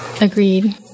Agreed